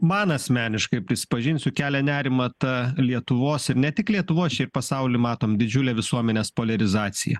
man asmeniškai prisipažinsiu kelia nerimą ta lietuvos ir ne tik lietuvos čia ir pasauly matom didžiulę visuomenės poliarizaciją